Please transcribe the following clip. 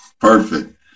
perfect